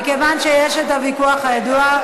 מכיוון שיש את הוויכוח הידוע,